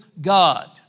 god